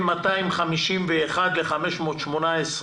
בין 501 ל-750.